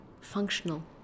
functional